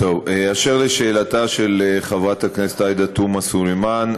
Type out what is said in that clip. אשר לשאלתה של חברת הכנסת עאידה תומא סלימאן,